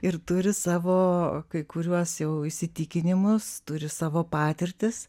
ir turi savo kai kuriuos jau įsitikinimus turi savo patirtis